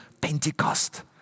Pentecost